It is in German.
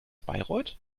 bayreuth